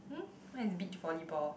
hmm mine is beach volleyball